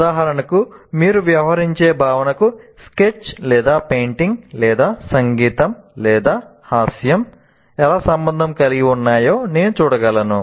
ఉదాహరణకు మీరు వ్యవహరించే భావనకు స్కెచ్ పెయింటింగ్ లేదా సంగీతం లేదా హాస్యం ఎలా సంబంధం కలిగి ఉన్నాయో నేను చూడగలను